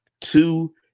two